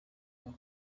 kwa